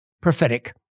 prophetic